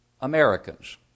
Americans